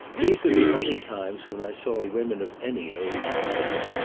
these were the only times when i saw women of any age idle.